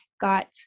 got